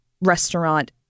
restaurant